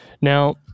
Now